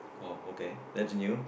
oh okay that is new